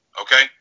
Okay